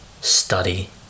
study